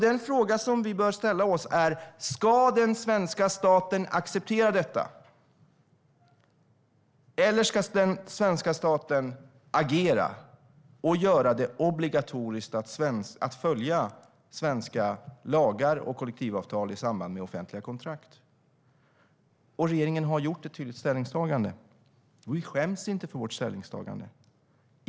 Den fråga som vi bör ställa oss är: Ska den svenska staten acceptera detta, eller ska den svenska staten agera och göra det obligatoriskt att följa svenska lagar och kollektivavtal i samband med offentliga kontrakt? Regeringen har gjort ett ställningstagande, och vi skäms inte för det.